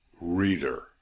reader